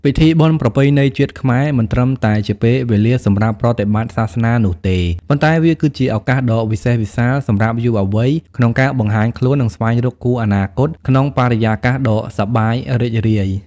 ពិធីបុណ្យប្រពៃណីជាតិខ្មែរ មិនត្រឹមតែជាពេលវេលាសម្រាប់ប្រតិបត្តិសាសនានោះទេ ប៉ុន្តែវាគឺជាឱកាសដ៏វិសេសវិសាលសម្រាប់យុវវ័យក្នុងការបង្ហាញខ្លួន និងស្វែងរកគូអនាគតក្នុងបរិយាកាសដ៏សប្បាយរីករាយ។